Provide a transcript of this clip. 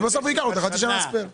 בסוף הוא ייקח לו אותה.